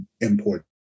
important